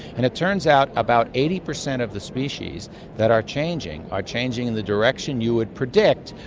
and it turns out about eighty percent of the species that are changing are changing in the direction you would predict.